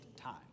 time